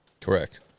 Correct